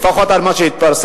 לפחות על מה שהתפרסם,